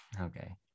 okay